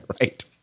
Right